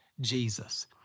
Jesus